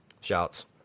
Shouts